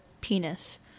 penis